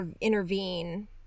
intervene